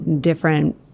different